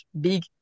big